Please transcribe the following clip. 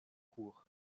cours